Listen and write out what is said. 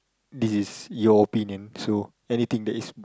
this is your opinion so anything that is